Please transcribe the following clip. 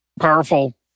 powerful